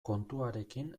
kontuarekin